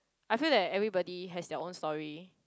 I feel that everybody has their own story